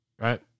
Right